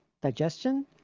digestion